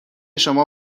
شما